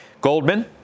Goldman